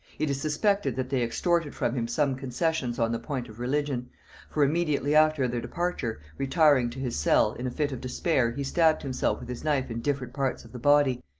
it is suspected that they extorted from him some concessions on the point of religion for immediately after their departure, retiring to his cell, in a fit of despair he stabbed himself with his knife in different parts of the body,